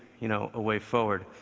you know a way forward.